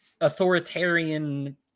authoritarian